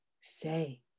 say